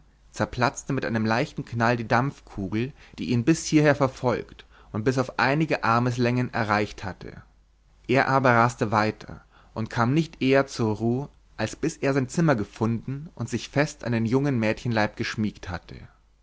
zerplatzte mit einem leichten knall die dampfkugel die ihn bis hierher verfolgt und bis auf einige armeslängen erreicht hatte er aber raste weiter und kam nicht eher zur ruh als bis er sein zimmer gefunden und sich fest an den jungen mädchenleib geschmiegt hatte